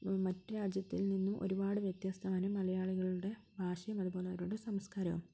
മറ്റു രാജ്യത്തിൽ നിന്നും ഒരുപാട് വ്യത്യസ്തമാണ് മലയാളികളുടെ ഭാഷയും അതുപോലെ അവരുടെ സംസ്കാരവും